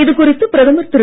இதுகுறித்து பிரதமர் திரு